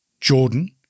Jordan